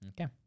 Okay